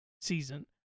season